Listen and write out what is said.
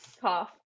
Cough